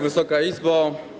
Wysoka Izbo!